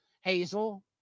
Hazel